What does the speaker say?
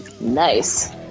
Nice